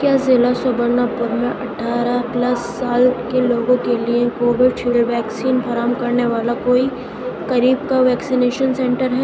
کیا ضلع سبرنا پور میں اٹھارہ پلس سال کے لوگوں کے لیے کووِڈشیلڈ ویکسین فراہم کرنے والا کوئی قریب کا ویکسینیشن سنٹر ہے